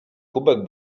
kubek